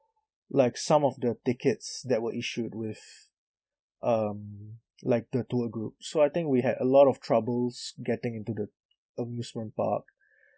like some of the tickets that were issued with um like the tour group so I think we had a lot of troubles getting into the amusement park